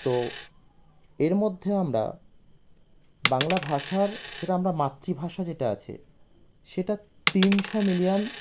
তো এর মধ্যে আমরা বাংলা ভাষার যেটা আমরা মাতৃভাষা যেটা আছে সেটা তিনশো মিলিয়ন